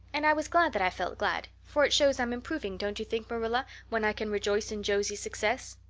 and i was glad that i felt glad, for it shows i'm improving, don't you think, marilla, when i can rejoice in josie's success?